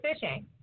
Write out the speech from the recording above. fishing